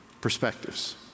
perspectives